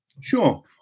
Sure